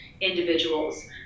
individuals